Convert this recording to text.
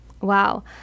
Wow